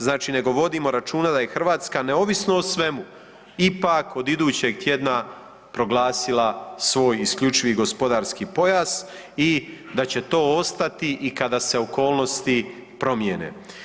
Znači nego vodimo računa da je Hrvatska neovisno o svemu ipak od idućeg tjedna proglasila svoj isključivi gospodarski pojas i da će to ostati i kada se okolnosti promijene.